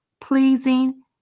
pleasing